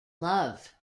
love